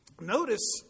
Notice